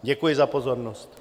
Děkuji za pozornost.